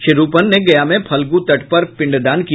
श्री रूपन ने गया में फल्गू तट पर पिंडदान किया